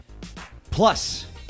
Plus